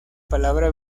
palabra